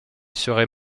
serait